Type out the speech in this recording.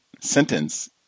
sentence